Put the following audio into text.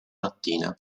mattina